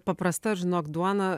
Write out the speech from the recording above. paprasta žinok duona